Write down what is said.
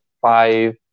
five